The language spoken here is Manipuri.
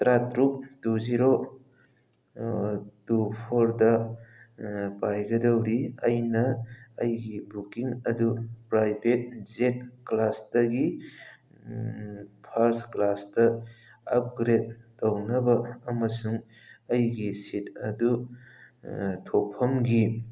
ꯇꯔꯥꯇꯔꯨꯛ ꯇꯨ ꯖꯤꯔꯣ ꯇꯨ ꯐꯣꯔꯗ ꯄꯥꯏꯒꯗꯧꯔꯤ ꯑꯩꯅ ꯑꯩꯒꯤ ꯕꯨꯛꯀꯤꯡ ꯑꯗꯨ ꯄ꯭ꯔꯥꯏꯕꯦꯠ ꯖꯦꯠ ꯀ꯭ꯂꯥꯁꯇꯒꯤ ꯐꯥꯁ ꯀ꯭ꯂꯥꯁꯇ ꯑꯞꯒ꯭ꯔꯦꯗ ꯇꯧꯅꯕ ꯑꯃꯁꯨꯡ ꯑꯩꯒꯤ ꯁꯤꯠ ꯑꯗꯨ ꯊꯣꯛꯐꯝꯒꯤ